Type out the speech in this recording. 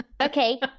Okay